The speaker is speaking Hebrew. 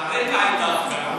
על הרקע הייתה הפגנה.